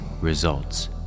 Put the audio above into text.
results